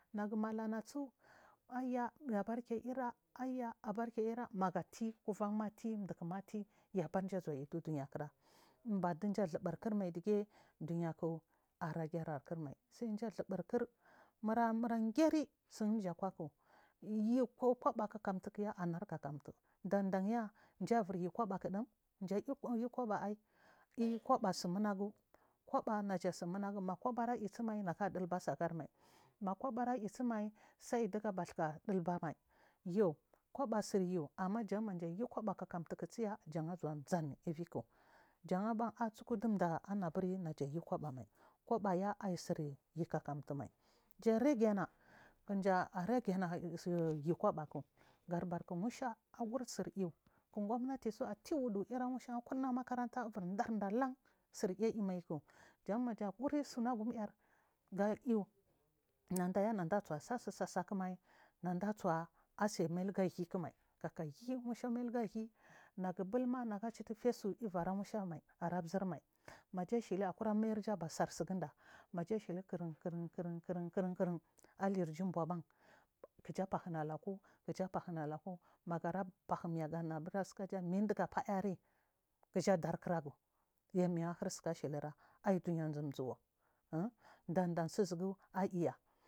Ngumalana chu aya abakeya aya abakiya ra maga tiy kuvan may yabarn da azuwa lu du duya kura umba du mji alhubur kur mai dugi dirya ku are kirar kur mai sayi mji alhubur kur muran giri sun mji akuwa ku yuk aba kakam tu kuya anar kakam tu ndanya mjiya ivir gu koba ku dum yu kuba sumuna gu makuba ri aiy mai chu naga dulba suagari mai saiy duga bath ka dulbamaiy koba suryu amma mamji alyu koba kakamta kuchu ya janna zuwa mjani ivi ku janna ban aiy dumdum ana buri ayu koba kakamtu mai koba ya aiy sur yu kakamtu mai kumji yarigina su yu koba ku gadu bar ku ushiya akur sur iyu ku gomnati chu atiwadu ida ushya nkurna makaranta ivir ndar dalan sur iuw alymai ku maji gur sunagum ya gaiyu nanda chu asasu sasa kumai nada chu amai ahiga hiy kumai nusha dum aini ngu bul chu a fiy su ara nusha mai ara nanda chu asasu sasa kumai nada chu amai aluga hiy kumai nusha dum aihi ngu bul chu a fiy su ara nusha mai ara zur mai maja sheli akura maircha ba sarsugunda naja shli kurun kurun alirjumba ban kuja pahu na laku kuja pahu na laku maga ra pahuna miya gana sukaja mindu gu apayari guja dar kura guy u minya hur suku ashili ra aiy duya zum zu wu ndan ndan suzugu aiya.